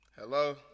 Hello